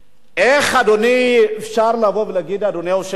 איך אפשר לבוא ולהגיד, אדוני היושב-ראש,